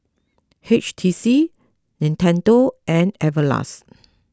H T C Nintendo and Everlast